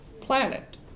planet